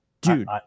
Dude